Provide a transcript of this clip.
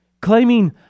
claiming